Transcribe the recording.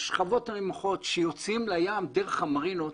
השכבות הנמוכות שיוצאים לים דרך המרינות,